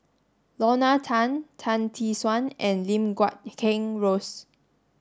Lorna Tan Tan Tee Suan and Lim Guat Kheng Rosie